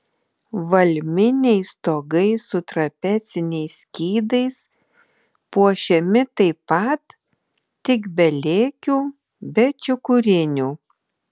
valminiai stogai su trapeciniais skydais puošiami taip pat tik be lėkių be čiukurinių